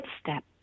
step